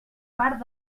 part